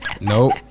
nope